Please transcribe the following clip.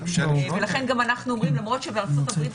ולכן גם אנחנו אומרים למרות שבארצות הברית,